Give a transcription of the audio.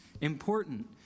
important